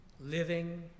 Living